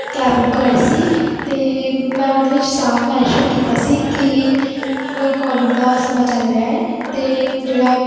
cab book ਕਰਵਾਈ ਸੀ ਅਤੇ ਮੈਂ ਉਹਦੇ ਵਿੱਚ ਸਾਫ਼ ਮੈਨਸ਼ਨ ਕੀਤਾ ਸੀ ਕਿ ਕੋਵਿਡ ਦਾ ਸਮਾਂ ਚੱਲ ਰਿਹਾ ਹੈ ਅਤੇ ਜਿਹੜਾ